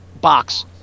box